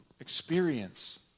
experience